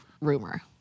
rumor